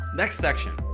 next section.